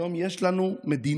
היום יש לנו מדינה,